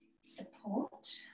support